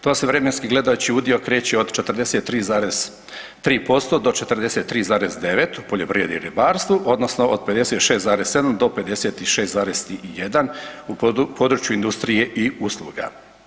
To se vremenski gledajući udio kreće od 43,3% do 43,9 u poljoprivredi i ribarstvu, odnosno od 56,7 do 56,1 u području industrije i usluga.